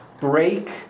break